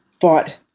fought